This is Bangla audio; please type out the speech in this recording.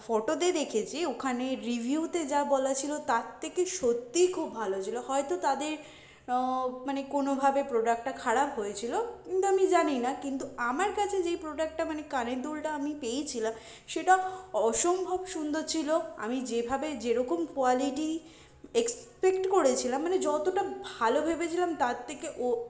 ফটোতে দেখেছি ওখানের রিভিউতে যা বলা ছিলো তার থেকে সত্যিই খুব ভালো ছিলো হয়তো তাদের মানে কোনোভাবে প্রোডাক্টটা খারাপ হয়েছিলো কিন্তু আমি জানি না কিন্তু আমার কাছে যেই প্রোডাক্টটা মানে কানের দুলটা আমি পেয়েছিলাম সেটা অসম্ভব সুন্দর ছিলো আমি যেভাবে যেরকম কোয়ালিটি এক্সপেক্ট করেছিলাম মানে যতোটা ভালো ভেবেছিলাম তার থেকেও